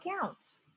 counts